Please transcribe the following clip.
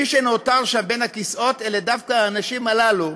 מי שנותר שם בין הכיסאות אלה דווקא האנשים הללו,